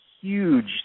huge